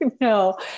no